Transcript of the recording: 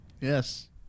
Yes